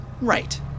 Right